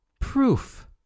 Proof